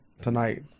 Tonight